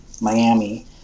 Miami